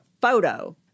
photo